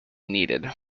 needed